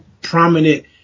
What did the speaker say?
prominent